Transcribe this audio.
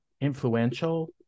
influential